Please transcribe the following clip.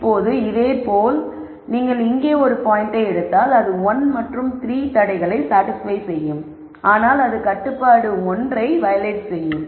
இப்போது இதே போல் நீங்கள் இங்கே ஒரு பாயிண்ட்டை எடுத்தால்அது 1 மற்றும் 3 தடைகளை சாடிஸ்பய் செய்யும் ஆனால் அது கட்டுப்பாடு1 ஐ வயலேட் செய்யும்